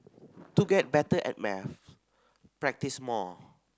to get better at maths practise more